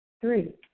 Three